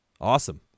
Awesome